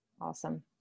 Awesome